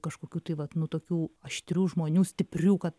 kažkokių tai vat nu tokių aštrių žmonių stiprių kad